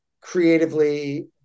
creatively